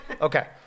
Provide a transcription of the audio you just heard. Okay